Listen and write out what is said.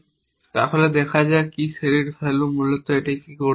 তাহলে দেখা যাক কি সিলেক্ট ভ্যালু মুলত এটা কি করতে যাচ্ছে